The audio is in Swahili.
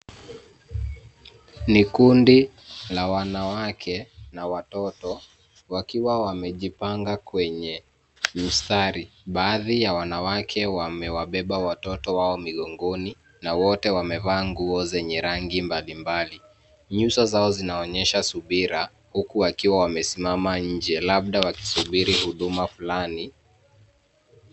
Ni kundi la wanawake na watoto wakiwa wamejipanga kwenye mistari. Baadhi ya wanawake wamewabeba watoto wao migongoni na wote wamevaa nguo zenye rangi mbalimbali. Nyuso zao zinaonyesha subira huku wakiwa wamesimama nje labda wakisubiri huduma fulani.